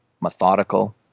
methodical